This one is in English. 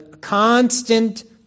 Constant